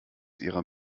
ihrer